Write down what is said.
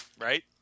Right